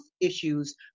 issues